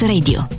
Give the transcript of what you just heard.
Radio